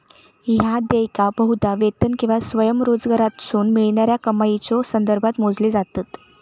ह्या देयका बहुधा वेतन किंवा स्वयंरोजगारातसून मिळणाऱ्या कमाईच्यो संदर्भात मोजली जातत